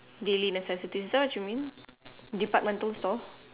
daily necessities is that what you mean departmental store